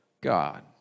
God